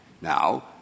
Now